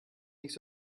nicht